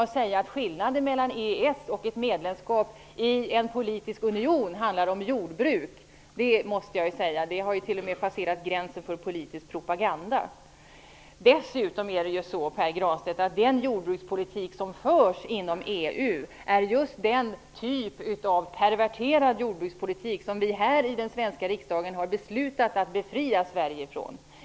Att säga att skillnaden mellan EES och ett medlemskap i en politisk union handlar om jordbruk har passerat gränsen för politisk propaganda, måste jag säga. Den jordbrukspolitik som förs inom EU, Pär Granstedt, är dessutom den typ av perverterad jordbrukspolitik som vi här i den svenska riksdagen har beslutat att befria Sverige från.